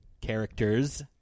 characters